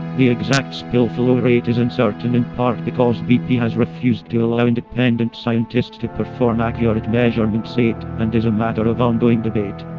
the exact spill flow rate is uncertain in part because bp has refused to allow independent scientists to perform accurate measurements aeur and is a matter of ongoing debate.